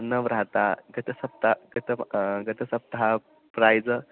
नवराता गतसप्ताहः गतः गतसप्ताहे प्रैस